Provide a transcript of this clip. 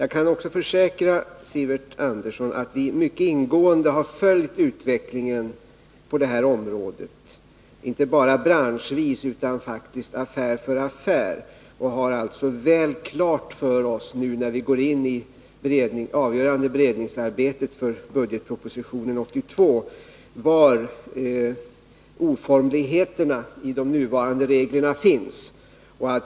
Jag kan också försäkra Sivert Andersson att vi mycket ingående har följt utvecklingen på det här området, inte bara branschvis utan faktiskt affär för affär. Vi har alltså nu, när vi går in i det avgörande beredningsarbetet för budgetpropositionen 1982, väl klart för oss var oformligheterna i de nuvarande reglerna finns.